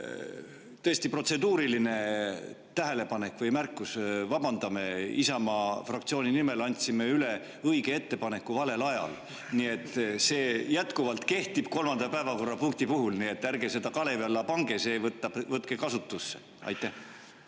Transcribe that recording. tõesti protseduuriline tähelepanek või märkus. Vabandame, Isamaa fraktsiooni nimel andsime üle õige ettepaneku valel ajal. See kehtib jätkuvalt kolmanda päevakorrapunkti puhul, nii et ärge seda kalevi alla pange, see võtke kasutusse. Ma